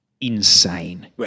insane